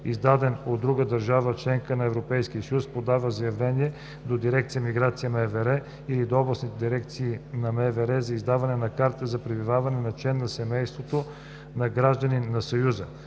издаден от друга държава - членка на Европейския съюз, подава заявление до дирекция „Миграция“ – МВР, или до областните дирекции на МВР за издаване на карта за пребиваване на член на семейството на гражданин на Съюза,